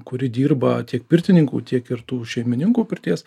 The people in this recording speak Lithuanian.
kuri dirba tiek pirtininkų tiek ir tų šeimininkų pirties